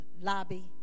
lobby